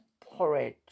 porridge